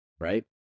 right